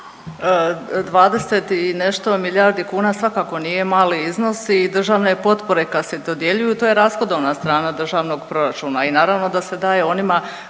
20 i nešto milijardi kuna svakako nije mali iznos i državne potpore kad se dodjeljuju, to je rashodovna strana državnog proračuna i naravno da se daje onima